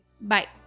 Bye